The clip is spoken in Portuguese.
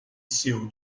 seu